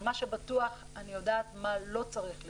אבל מה שבטוח, אני יודעת מה לא צריך להיות.